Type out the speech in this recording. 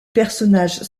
personnage